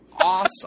awesome